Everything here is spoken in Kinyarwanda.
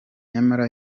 nyamara